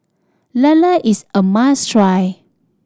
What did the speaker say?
lala is a must try